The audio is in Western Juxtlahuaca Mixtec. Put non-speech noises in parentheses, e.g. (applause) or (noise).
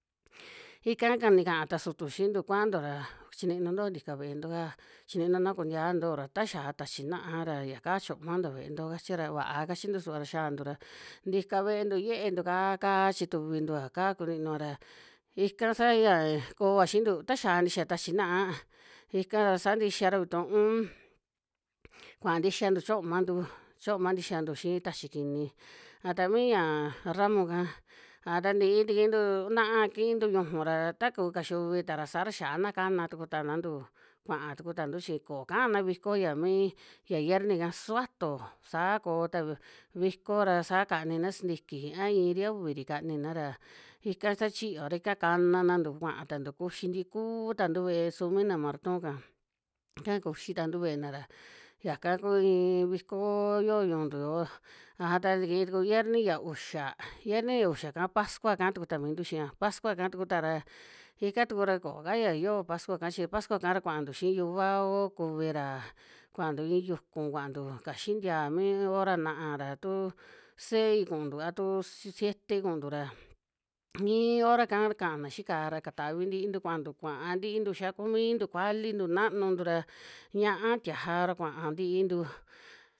Ika ka nikaa ta sutu xiintu kuanto ra chininuntoa ntika ve'ento'ka, chininu na kuntia ntoo ra taxia tachi naá ra yiaka chomanto ve'ento kachira, va'a kachintu suba ra xiantu ra ntika ve'entu yieentu ka kaa chituvintua, kaa kuninua ra ika saa ya koa xiintu, ta xia ntixia tachi naá ika ra saa ntixia ra vituun (noise) kuaa ntixiantu chomantu, choma ntixiantu xii tachi kini, a ta mii ya ramo'ka a ta ntii tikintu, naa kintu nuju ra ta ku kaxiuvi ta ra saa ra xiana kana tuku tanantu, kuaa tuku tantu chi koo kana viko ya mii ya yierni'ka, subato sa koo ta viko ra saa (noise) kanina sintiki a iinri a uviri kanina ra, ika sa chiyoa ika kana nantu kua tantu kuxi ntikuu tantu ve'e su mi na marton'ka, (noise) ika kuxi tantu ve'ena ra yaka ku iin viko yoo ñu'untu yo'o' aja ta tikii tuku yierni ya uxa, yierni ya uxa'ka pascua ka'a tukuta mintu xia, pascua ka tukuta ra ika tuku ra koo ka ya yoo pascua'ka chi, pascua'ka ra kuantu xii yuvao kuvira, kuanti iin yukun kuantu kaxi ntia mi hora na'a ra tu sei kuuntu a tu si- siete kuuntu ra, (noise) mii hora'ka kaana xii ka'á ra katavi ntiitu kuantu, kuaa ntintu xia kuu mintu kualintu, nanuntu ra ñia'a, tiaja ra kua ntiintu